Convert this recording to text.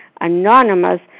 anonymous